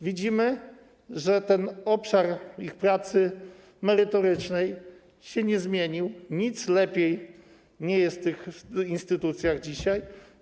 Widzimy, że obszar ich pracy merytorycznej się nie zmienił, nic lepiej nie jest w tych instytucjach dzisiaj.